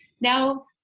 Now